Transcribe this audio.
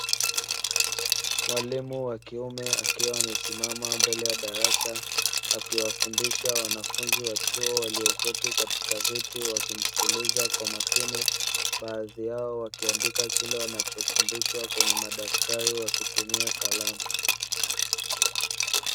Mwalimu wa kiume akiwa amesimama mbele ya darasa, akiwafundisha wanafunzi wa chuo walioketi katika viti wakimsikiliza kwa makini, baadhi yao wakiandika kile wanachofundishwa kwenye madaftari wakitumia kalamu.